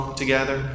together